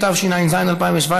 התשע"ז 2017,